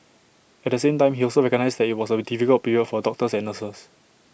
at the same time he also recognised that IT was A difficult period for doctors and nurses